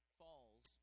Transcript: falls